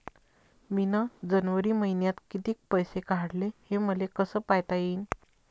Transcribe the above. मिन जनवरी मईन्यात कितीक पैसे काढले, हे मले कस पायता येईन?